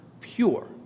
pure